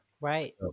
right